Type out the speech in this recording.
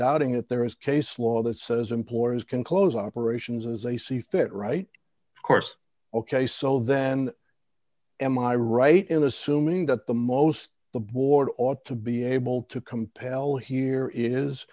doubting it there is case law that says employers can close operations as they see fit right course ok so then am i right in assuming that the most the board ought to be able to compel here is